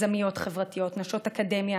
יזמיות חברתיות, נשות אקדמיה